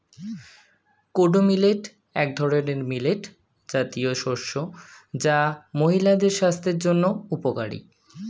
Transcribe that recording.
kodo millet এক ধরনের millet জাতীয় শস্য যা মহিলাদের স্বাস্থ্যের জন্য উপকারী